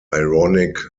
ironic